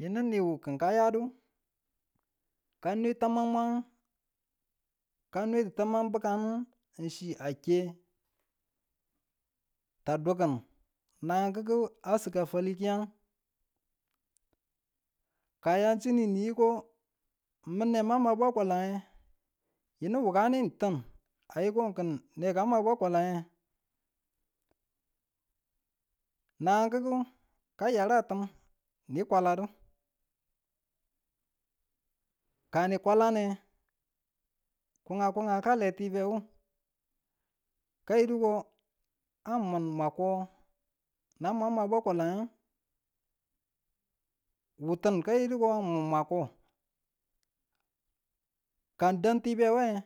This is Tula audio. Yinu niwu kin ka yadu, ka nwe tamang wo ka nwe ti tamang bukamu ng chi a ke, tu dukun nanangugu a sig a faliyuku, ka a yan chinu ni yiko min ne ma ma bwakwalaye yinu wukane ng tin a yi ko ne ka mwa bwakwalaye nagangkuku ka yarada a tim ni kwaladu. Ka ni kwalange, kunga kunga ka le tibe nu kayiduko a mun mwa ko mwa ma bwakwalane wu tin ka yidi ko mun ng ko. Ka ng dan tibe wunge